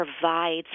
provides